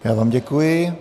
Já vám děkuji.